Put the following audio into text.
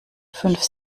fünf